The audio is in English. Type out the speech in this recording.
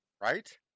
Right